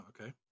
okay